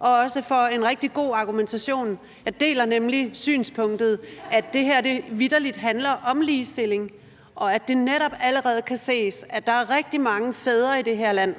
og også for en rigtig god argumentation. Jeg deler nemlig synspunktet, at det her vitterlig handler om ligestilling, og at det netop allerede kan ses, at der er rigtig mange fædre i det her land,